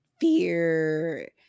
fear